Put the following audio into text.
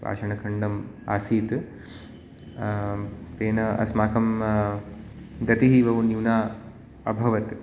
पाषणखण्डम् आसीत् तेन अस्माकं गतिः इव बहुन्यूना अभवत्